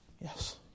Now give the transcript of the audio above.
Yes